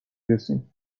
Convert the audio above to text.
رسیم